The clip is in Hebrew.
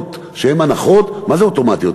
ההנחות שהן הנחות, מה זה אוטומטיות?